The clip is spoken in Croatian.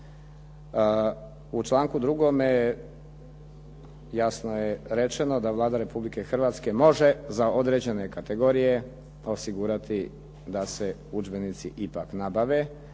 U članku drugome je, jasno je rečeno da Vlada Republike Hrvatske može za određene kategorije osigurati da se udžbenici ipak nabave.